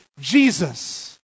Jesus